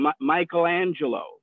Michelangelo